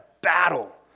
battle